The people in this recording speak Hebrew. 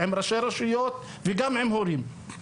עם ראשי הרשויות וגם עם הורים,